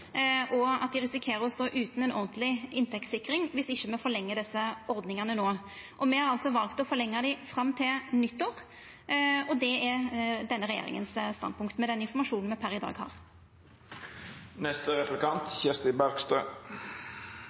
og at dei risikerer å stå utan ei ordentleg inntektssikring viss me ikkje forlengjer desse ordningane no. Me har altså valt å forlengja dei fram til nyttår, og det er standpunktet til denne regjeringa med den informasjonen me per i dag